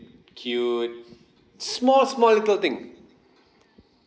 cute small small little thing